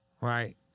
Right